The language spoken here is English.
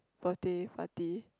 birthday party